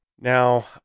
Now